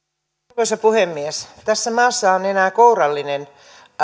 arvoisa puhemies tässä maassa on enää kourallinen